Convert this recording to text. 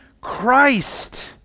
Christ